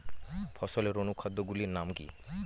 ফসলের অনুখাদ্য গুলির নাম কি?